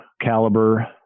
caliber